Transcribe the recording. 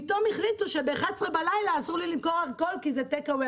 פתאום החליטו שב-11:00 בלילה אסור לי למכור אלכוהול כי זה טייק אווי,